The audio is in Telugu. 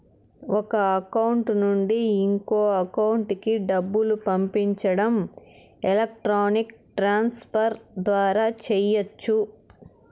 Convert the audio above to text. ఒక అకౌంట్ నుండి ఇంకో అకౌంట్ కి డబ్బులు పంపించడం ఎలక్ట్రానిక్ ట్రాన్స్ ఫర్ ద్వారా చెయ్యచ్చు